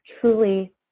truly